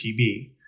TB